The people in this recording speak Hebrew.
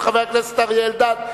של חבר הכנסת אריה אלדד.